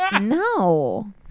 No